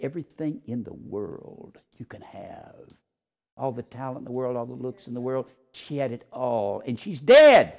everything in the world you can have all the towel in the world all the looks in the world she had it all and she's dead